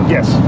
Yes